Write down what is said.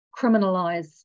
criminalize